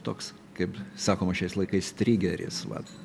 toks kaip sakoma šiais laikais trigeris va